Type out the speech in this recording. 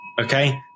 Okay